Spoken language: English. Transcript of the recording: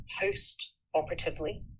post-operatively